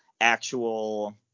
actual